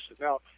Now